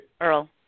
Earl